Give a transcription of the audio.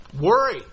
Worry